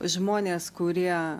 žmonės kurie